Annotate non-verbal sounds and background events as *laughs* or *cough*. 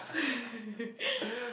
*laughs*